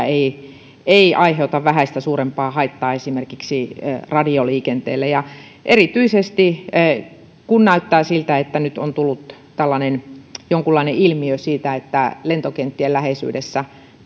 ei ei aiheuta vähäistä suurempaa haittaa esimerkiksi radioliikenteelle erityisesti kun näyttää siltä että nyt on tullut tällainen jonkunlainen ilmiö siitä että lentokenttien läheisyydessä